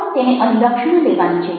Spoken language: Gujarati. પણ તેને અનુલક્ષમાં લેવાની છે